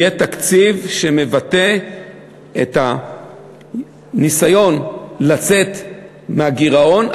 יהיה תקציב שמבטא את הניסיון לצאת מהגירעון,